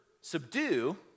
subdue